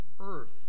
earth